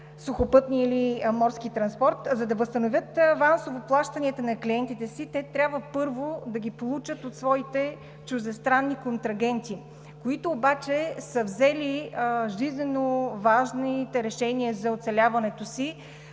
сухопътен или морски транспорт. За да възстановят авансово плащанията на клиентите си, те трябва, първо, да ги получат от своите чуждестранни контрагенти, които обаче са взели жизнено важните решения за оцеляването си